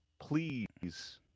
please